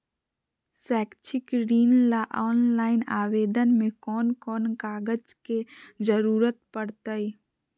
शैक्षिक ऋण ला ऑनलाइन आवेदन में कौन कौन कागज के ज़रूरत पड़तई?